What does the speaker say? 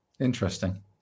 Interesting